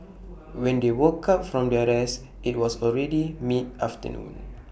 when they woke up from their rest IT was already mid afternoon